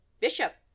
bishop